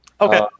Okay